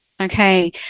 Okay